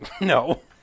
No